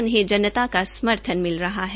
उन्हें जनता का समर्थन मिल रहा है